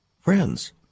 Friends